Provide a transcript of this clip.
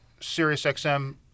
SiriusXM